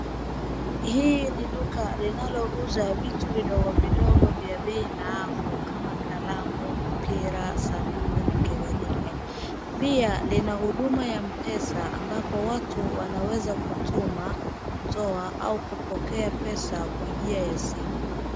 Hii ni duka linalouza vitu vidodgo vidogo vya bei nafuu kama kalamu, mpira, sabuni na kadhalika. Pia linahuduma ya mpesa ambapo watu wanaweza kutuma, kutoa au kupokea pesa kwa njia ya simu.